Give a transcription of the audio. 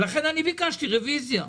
ולכן ביקשתי רביזיה.